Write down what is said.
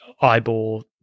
eyeball